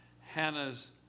Hannah's